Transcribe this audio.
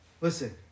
Listen